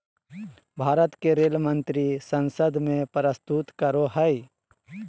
भारत के रेल मंत्री संसद में प्रस्तुत करो हइ